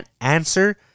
answer